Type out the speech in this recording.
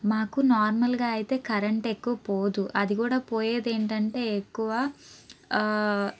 మాకు నార్మల్గా అయితే కరెంట్ ఎక్కువ పోదు అది కూడా పోయేదేంటంటే ఎక్కువ